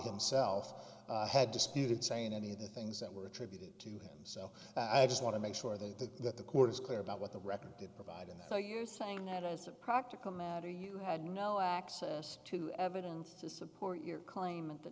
himself had disputed saying any of the things that were attributed to him so i just want to make sure the that the court is clear about what the record did provide and so you're saying that as a practical matter you had no access to evidence to support your claim at the